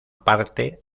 parte